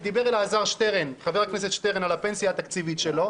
דיבר חבר הכנסת אלעזר שטרן על הפנסיה התקציבית שלו,